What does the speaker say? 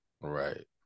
right